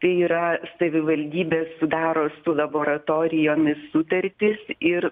tai yra savivaldybės sudaro su laboratorijomis sutartis ir